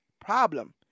Problem